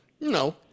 No